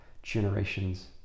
generations